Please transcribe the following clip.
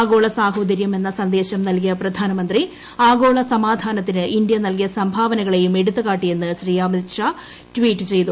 ആഗോള സാഹോദരൃം എന്ന സന്ദേശം നൽകിയ പ്രധാനമന്ത്രി ആഗോള സമാധാനത്തിന് ഇന്ത്യ നൽകിയ സംഭാവനകളെയും എടുത്ത് കാട്ടിയെന്ന് ശ്രീ അമിത് ഷാ ട്വീറ്റ് ചെയ്തു